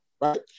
Right